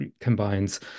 combines